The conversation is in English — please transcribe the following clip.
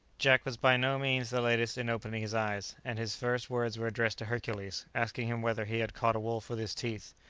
jack was by no means the latest in opening his eyes, and his first words were addressed to hercules, asking him whether he had caught a wolf with his teeth.